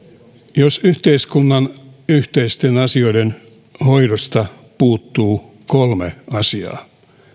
jos yhteiskunnan yhteisten asioiden hoidosta puuttuu kolme asiaa